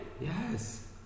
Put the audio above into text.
Yes